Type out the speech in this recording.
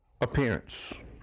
appearance